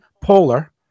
polar